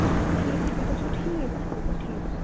ٹھیٖک چھِو تُہۍ چھِو ٹھیٖک اَصٕل پٲٹھی